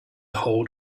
hold